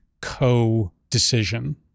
co-decision